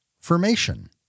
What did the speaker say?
formation